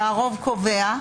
שהוא הקובע,